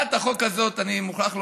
הצעת החוק הזאת, אני מוכרח לומר,